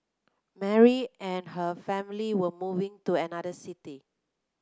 Mary and her family were moving to another city